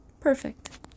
Perfect